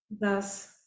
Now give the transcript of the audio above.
thus